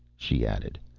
she added,